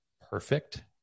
perfect